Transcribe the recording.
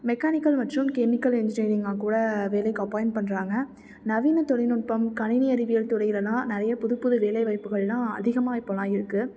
mechanical மற்றும் chemical இன்ஜினியரிங்காக கூட வேலைக்கு அபாயிண்ட் பண்ணுறாங்க நவீன தொழில்நுட்பம் கணினி அறிவியல் துறையிலலாம் நிறைய புது புது வேலை வாய்ப்புகள்லாம் அதிகமாக இப்போலாம் இருக்குது